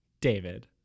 David